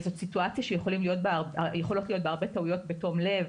זאת סיטואציה שיכולות להיות בה הרבה טעויות בתום לב,